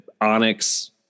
Onyx